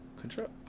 Control